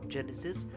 Genesis